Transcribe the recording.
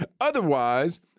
Otherwise